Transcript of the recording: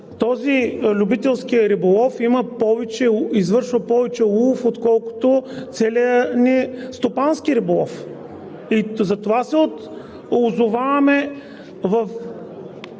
че любителският риболов извършва повече улов, отколкото целият ни стопански риболов. Затова се озоваваме в